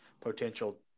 potential